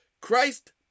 christ